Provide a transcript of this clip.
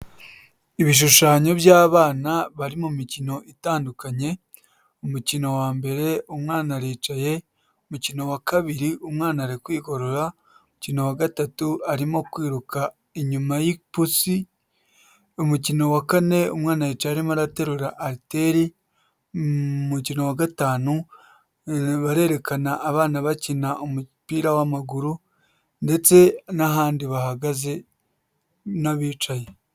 Ibishushanyo by'abana bari mu mikino itandukanye. Umukino wa mbere umwana aricaye. Umukino wa kabiri umwana ari kwigorora. Umukino wa gatatu arimo kwiruka inyuma y'ipusi. Umukino wa kane umwana yicaye arimo araterura ariteri. Umukino wa gatanu barerekana abana bakina umupira w'amaguru ndetse n'ahandi bahagaze n'abicaye.